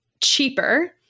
cheaper